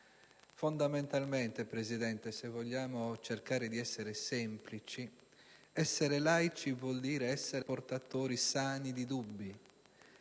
Fondamentalmente, signor Presidente, se vogliamo cercare di essere semplici, essere laici vuol dire essere portatori sani di dubbi.